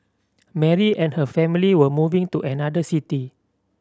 Mary and her family were moving to another city